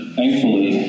Thankfully